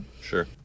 Sure